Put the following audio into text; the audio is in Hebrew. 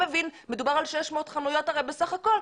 מדובר על 600 חנויות הרי בסך הכול.